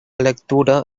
lectura